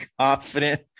confident